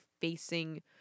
facing